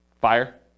Fire